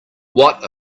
what